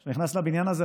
כשאתה נכנס לבניין הזה,